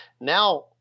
now